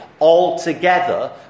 altogether